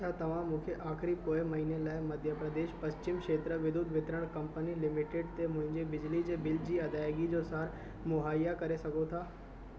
छा तव्हां मूंखे आख़िरी पोएं महीने लाइ मध्य प्रदेश पश्चिम क्षेत्र विद्युत वितरण कंपनी लिमिटेड ते मुंहिंजे बिजली जे बिल जी अदायगी जो सारु मुहैया करे सघो था